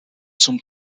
zum